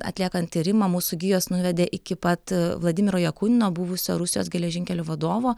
atliekant tyrimą mūsų gijos nuvedė iki pat vladimiro jakunino buvusio rusijos geležinkelių vadovo